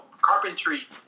carpentry